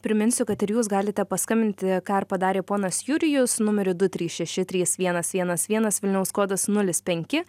priminsiu kad ir jūs galite paskambinti ką ir padarė ponas jurijus numeriu du trys šeši trys vienas vienas vienas vilniaus kodas nulis penki